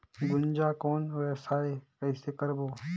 गुनजा कौन व्यवसाय कइसे करबो?